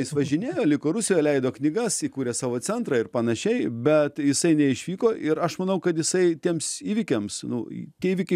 jis važinėjo liko rusijoje leido knygas įkūrė savo centrą ir panašiai bet jisai neišvyko ir aš manau kad jisai tiems įvykiams nu į tie įvykiai